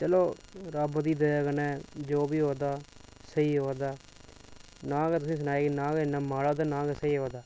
चलो रब दी दया कन्नै जो बी होआ करदा स्हेई होआ करदा नां गै तुसें ई सनाया कि नां गै इन्ना माड़ा ते ना गै स्हेई होआ दा